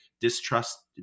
distrust